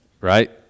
right